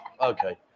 okay